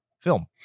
film